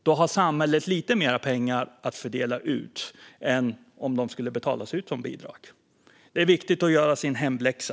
Då har samhället lite mer pengar att fördela än om pengarna skulle betalas ut som bidrag. Det är viktigt att göra sin hemläxa.